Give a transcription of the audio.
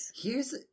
Here's-